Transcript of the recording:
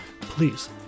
Please